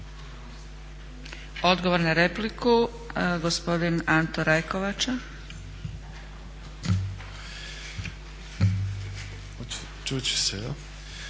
Odgovor na repliku, gospodin Anto Rajkovača.